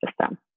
system